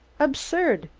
absurd!